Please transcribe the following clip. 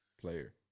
player